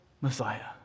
Messiah